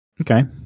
Okay